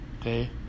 Okay